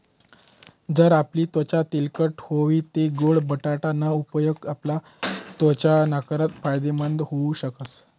जर आपली त्वचा तेलकट व्हयी तै गोड बटाटा ना उपेग आपला त्वचा नाकारता फायदेमंद व्हऊ शकस